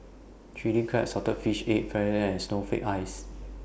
Chilli Crab Salted Fish Egg and Snowflake Ice